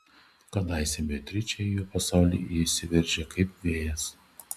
kadaise beatričė į jo pasaulį įsiveržė kaip vėjas